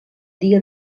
dia